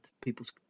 people's